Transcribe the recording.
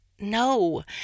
No